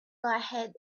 ahead